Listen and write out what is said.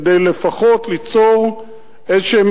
כדי לפחות ליצור איזשהם